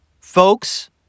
folks